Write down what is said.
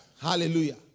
Hallelujah